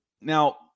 Now